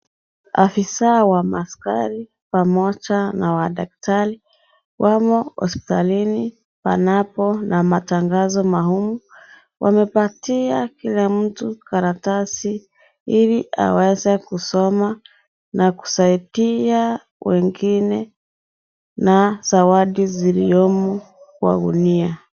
Afisa wa ma askari pamoja na wa daktari wamo hospitalini panapo na matangazo maalum . Wamepatia kila mtu karatasi ili aweze kusoma na kusaidia wengine na zawadi ziliomo Kwa gunia.